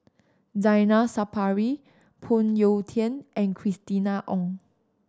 Zainal Sapari Phoon Yew Tien and Christina Ong